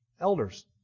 elders